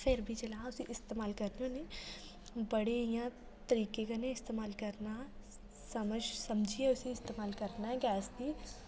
फेर बी जेल्लै अस उसी इस्तेमाल करने हुन्ने बड़े इ'यां तरीके कन्नै इस्तमाल करना समझ समझियै उसी इस्तमाल करना गैस गी